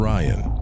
Ryan